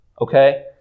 okay